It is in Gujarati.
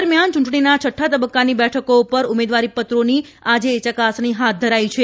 દરમિયાન ચ્રંટણીના છઠ્ઠા તબક્કાની બેઠકો પરના ઉમેદવારીપત્રોની આજે ચકાસણી હાથ ધરાઇ છે